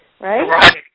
Right